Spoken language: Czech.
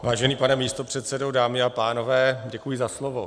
Vážený pane místopředsedo, dámy a pánové, děkuji za slovo.